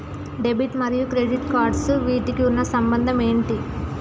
Debit మరియు credit cards వీటికి ఉన్న సంబంధం ఏంటి?